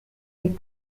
des